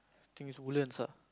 thing is Woodlands sia